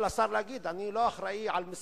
השר יכול להגיד: אני לא אחראי למסיבת